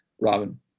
Robin